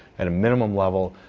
at a minimum level,